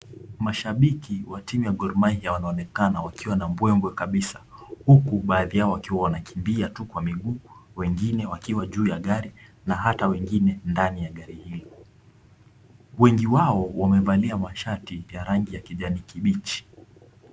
Mashabiki wa timu ya Gor Mahia wanaonekana wakiwa na mbembwe kabisa, huku baadhi yao wakiwa wanakimbia tu kwa miguu wengine wakiwa juu ya gari na hata wengine ndani ya gari hili. Wengi wao wamevalia mashati ya rangi ya kijani kibichi.